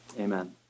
Amen